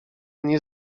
nie